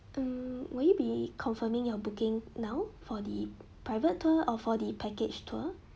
hmm will you be confirming your booking now for the private tour or for the package tour